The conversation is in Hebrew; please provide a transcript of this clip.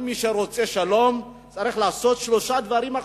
כל מי שרוצה שלום צריך לעשות שלושה דברים: